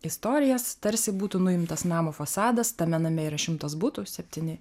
istorijas tarsi būtų nuimtas namo fasadas tame name yra šimtas butų septyni